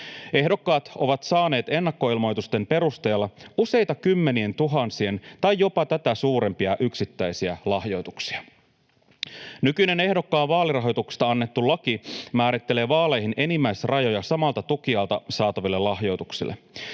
Ehdokkaat ovat saaneet ennakkoilmoitusten perusteella useita kymmenientuhansien tai jopa tätä suurempia yksittäisiä lahjoituksia. Nykyinen ehdokkaan vaalirahoituksesta annettu laki määrittelee vaaleihin enimmäisrajoja samalta tukijalta saataville lahjoituksille.